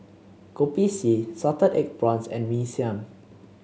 Kopi C Salted Egg Prawns and Mee Siam